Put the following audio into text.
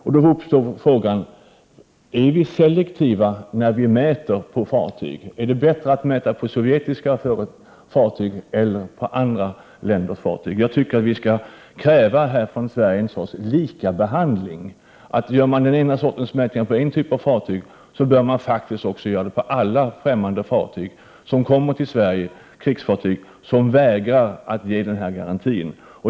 Nu uppstår frågan: Är vi selektiva då vi mäter på fartyg? Är vi bättre på att mäta sovjetiska fartyg än fartyg från andra länder? Jag tycker vi skulle kunna kräva en likabehandling. Gör man mätningar på ett lands fartyg skall man göra det på alla främmande krigsfartyg som kommer till Sverige och som vägrar ge oss denna garanti.